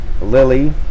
Lily